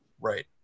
Right